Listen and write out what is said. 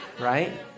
Right